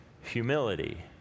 humility